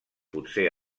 potser